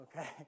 okay